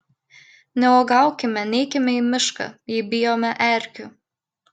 neuogaukime neikime į mišką jei bijome erkių